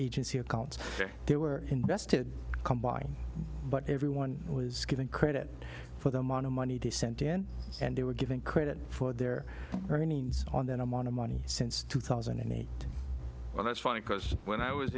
agency accounts they were invested combined but everyone was given credit for the amount of money they sent in and they were given credit for their on that amount of money since two thousand and eight well that's funny because when i was